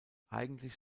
eigentlich